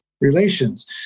relations